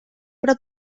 però